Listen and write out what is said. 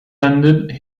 ended